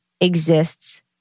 exists